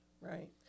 Right